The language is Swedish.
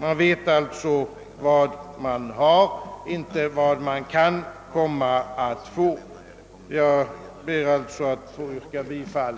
Man vet vad man har men inte vad man kan komma att få. På grund av dessa erfarenheter ber jag att få yrka bifall